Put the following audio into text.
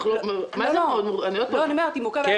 מה זה --- לא, היא מורכבת.